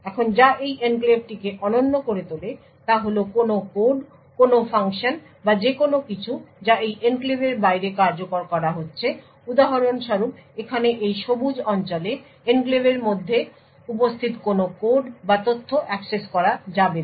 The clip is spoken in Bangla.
এখন যা এই এনক্লেভটিকে অনন্য করে তোলে তা হল কোনও কোড কোনও ফাংশন বা যে কোনও কিছু যা এই এনক্লেভের বাইরে কর্যকর করা হচ্ছে উদাহরণস্বরূপ এখানে এই সবুজ অঞ্চলে এনক্লেভের মধ্যে উপস্থিত কোনও কোড বা তথ্য অ্যাক্সেস করা যাবে না